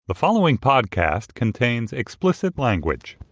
the following podcast contains explicit language.